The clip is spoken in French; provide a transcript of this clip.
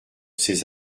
ces